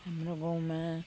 हाम्रो गाउँमा